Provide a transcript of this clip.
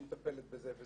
שהיא מטפלת בזה.